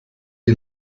die